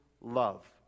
love